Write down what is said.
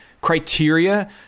criteria